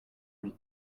huit